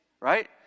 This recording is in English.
right